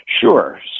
Sure